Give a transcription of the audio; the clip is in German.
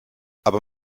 aber